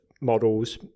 models